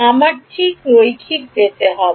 আমরা ঠিক রৈখিক পেতে হবে